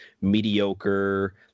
mediocre